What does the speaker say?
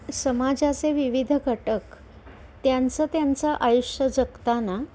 समाजाचे विविध घटक त्यांचं त्यांचं आयुष्य जगताना